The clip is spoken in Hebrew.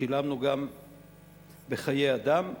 ושילמנו גם בחיי אדם,